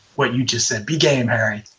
what you just said. be game, harry.